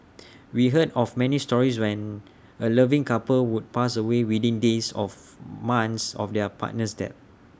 we heard of many stories when A loving couple would pass away within days of months of their partner's death